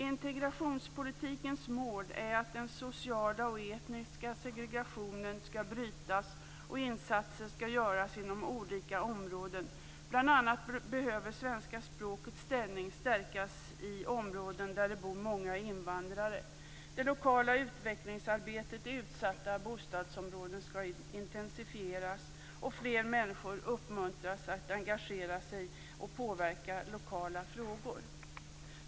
Integrationspolitikens mål är att den sociala och etniska segregationen skall brytas och insatser göras inom olika områden. Bl.a. behöver svenska språkets ställning stärkas i områden där det bor många invandrare. Det lokala utvecklingsarbetet i utsatta bostadsområden skall intensifieras och fler människor uppmuntras att engagera sig och påverka lokala frågor.